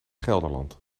gelderland